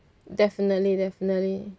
definitely definitely